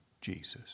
Jesus